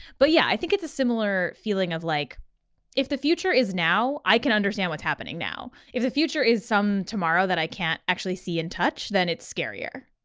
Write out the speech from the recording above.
but yeah, i think it's a similar feeling of like if if the future is now, i can understand what's happening now if the future is some tomorrow that i can't actually see and touch, then it's scarier.